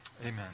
amen